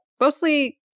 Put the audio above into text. mostly